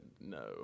no